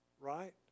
right